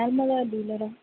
Narmada டீலரா